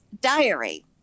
diary